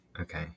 Okay